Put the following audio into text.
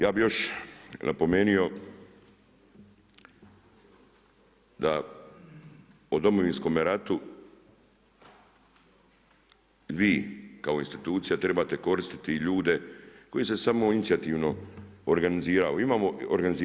Ja bih još napomenuo da o Domovinskome ratu vi kao institucija trebate koristiti ljude koji se samoinicijativno organizirao.